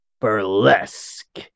burlesque